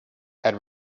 had